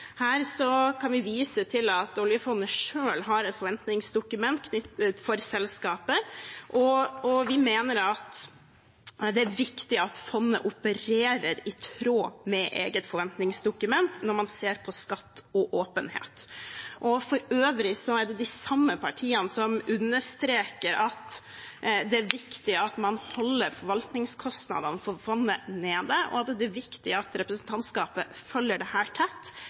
Her kan vi vise til at oljefondet selv har et forventningsdokument for selskapet, og vi mener at det er viktig at fondet opererer i tråd med eget forventningsdokument når man ser på skatt og åpenhet. For øvrig er det de samme partiene som understreker at det er viktig at man holder forvaltningskostnadene for fondet nede, og at det er viktig at representantskapet følger dette tett, særlig når det